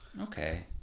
Okay